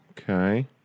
okay